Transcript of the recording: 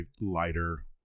lighter